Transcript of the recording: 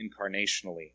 incarnationally